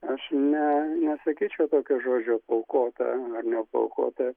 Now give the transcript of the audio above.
aš ne nesakyčiau tokio žodžio paaukota nepaaukota